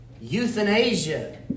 euthanasia